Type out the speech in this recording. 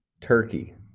Turkey